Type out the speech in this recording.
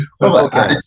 Okay